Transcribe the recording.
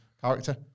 character